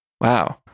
Wow